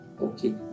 Okay